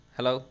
Hello